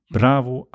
Bravo